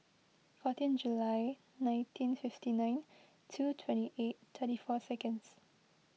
fourteen July nineteen fifty nine two twenty eight thirty four seconds